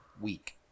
week